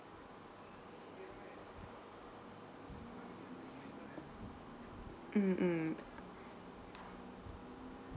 mm mm